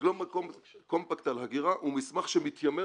הגלובל קומפקט על הגירה הוא מסמך שמתיימר